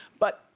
but,